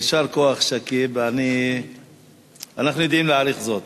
יישר כוח, שכיב, אנחנו יודעים להעריך זאת.